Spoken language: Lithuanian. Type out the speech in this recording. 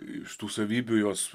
iš tų savybių jos